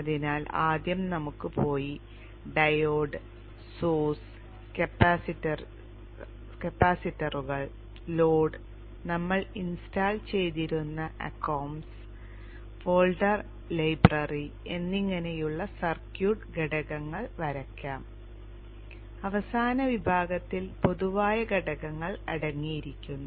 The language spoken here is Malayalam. അതിനാൽ ആദ്യം നമുക്ക് പോയി ഡയോഡ് സോഴ്സ് കപ്പാസിറ്ററുകൾ ലോഡ് നമ്മൾ ഇൻസ്റ്റാൾ ചെയ്തിരുന്ന അകോംസ് ഫോൾഡർ ലൈബ്രറി എന്നിങ്ങനെയുള്ള സർക്യൂട്ട് ഘടകങ്ങൾ വരയ്ക്കാം അവസാന വിഭാഗത്തിൽ പൊതുവായ ഘടകങ്ങൾ അടങ്ങിയിരിക്കുന്നു